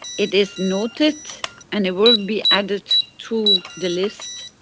it is noted and it will be added to the list.